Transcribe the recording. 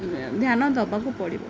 ଧ୍ୟାନ ଦେବାକୁ ପଡ଼ିବ